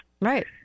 Right